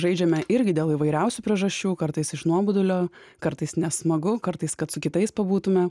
žaidžiame irgi dėl įvairiausių priežasčių kartais iš nuobodulio kartais nes smagu kartais kad su kitais pabūtume